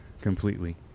completely